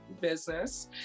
business